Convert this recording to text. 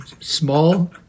small